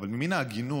אבל מן ההגינות,